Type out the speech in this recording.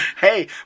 Hey